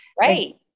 right